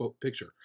picture